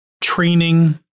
training